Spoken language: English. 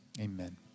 Amen